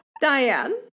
Diane